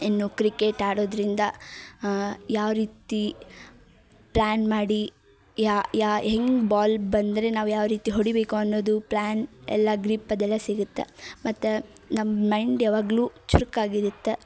ಇನ್ನು ಕ್ರಿಕೆಟ್ ಆಡೋದರಿಂದ ಯಾವ ರೀತಿ ಪ್ಲ್ಯಾನ್ ಮಾಡಿ ಯಾ ಯಾ ಹೆಂಗೆ ಬಾಲ್ ಬಂದರೆ ನಾವು ಯಾವ ರೀತಿ ಹೊಡಿಬೇಕು ಅನ್ನೋದು ಪ್ಲ್ಯಾನ್ ಎಲ್ಲ ಗ್ರಿಪ್ ಅದೆಲ್ಲ ಸಿಗತ್ತೆ ಮತ್ತು ನಮ್ಮ ಮೈಂಡ್ ಯಾವಾಗಲೂ ಚುರ್ಕಾಗಿ ಇರತ್ತೆ